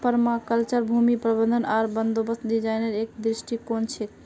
permaculture भूमि प्रबंधन आर बंदोबस्त डिजाइनेर एक दृष्टिकोण छिके